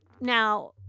now